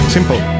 Simple